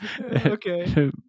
Okay